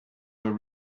were